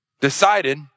decided